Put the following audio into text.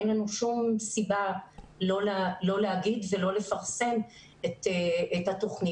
אין לנו כל סיבה לא להודיע ולא לפרסם את התוכנית.